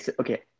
Okay